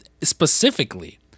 specifically